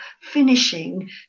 finishing